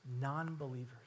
non-believers